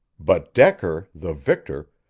but decker, the victor,